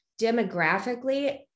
demographically